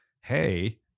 Hey